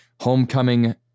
Homecoming